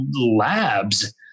labs